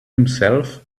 himself